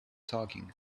talking